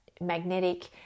magnetic